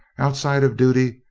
outside of duty,